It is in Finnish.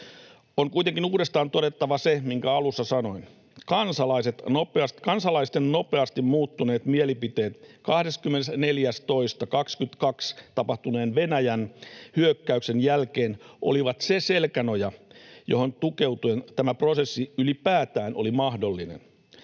On kuitenkin uudestaan todettava se, minkä alussa sanoin: kansalaisten nopeasti muuttuneet mielipiteet 24.2.22 tapahtuneen Venäjän hyökkäyksen jälkeen olivat se selkänoja, johon tukeutuen tämä prosessi ylipäätään oli mahdollinen.